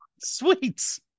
sweet